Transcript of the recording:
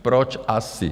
Proč asi?